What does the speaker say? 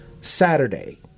Saturday